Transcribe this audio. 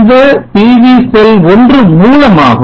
இந்த PV cell 1 மூலமாகும்